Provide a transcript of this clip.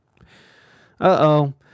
Uh-oh